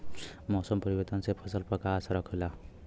मौसम परिवर्तन से फसल पर का असर होखेला?